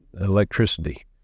electricity